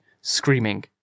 screaming